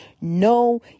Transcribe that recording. No